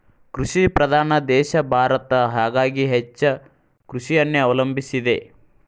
ಕೃಷಿ ಪ್ರಧಾನ ದೇಶ ಭಾರತ ಹಾಗಾಗಿ ಹೆಚ್ಚ ಕೃಷಿಯನ್ನೆ ಅವಲಂಬಿಸಿದೆ